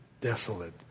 desolate